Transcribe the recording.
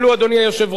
אדוני היושב-ראש,